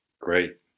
Great